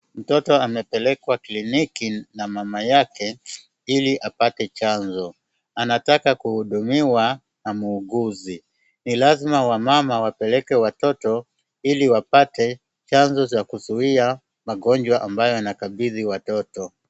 Mtoto amepelekwa kliniki na mama yake ili apate chanjo, anataka kuhudumiwa na muuguzi. Ni lazima wamama wapeleke watoto ili wapate chanzo cha kuzuia magonjwa ambayo yanakabidhi watoto.